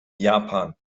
japan